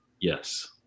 Yes